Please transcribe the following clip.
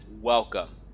welcome